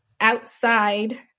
outside